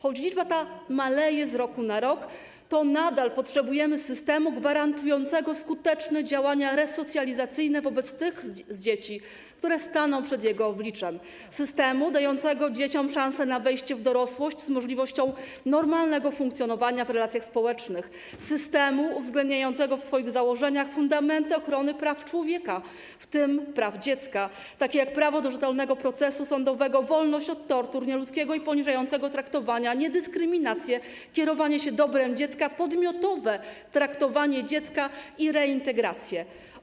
Choć liczba ta maleje z roku na rok, to nadal potrzebujemy systemu gwarantującego skuteczne działania resocjalizacyjne wobec tych dzieci, które staną przed jego obliczem, systemu dającego dzieciom szansę na wejście w dorosłość z możliwością normalnego funkcjonowania w relacjach społecznych, systemu uwzględniającego w swoich założeniach fundamenty ochrony praw człowieka, w tym praw dziecka, takich jak prawo do rzetelnego procesu sądowego, wolność od tortur, nieludzkiego i poniżającego traktowania, dyskryminacji, kierowanie się dobrem dziecka, podmiotowe traktowanie dziecka i reintegracja.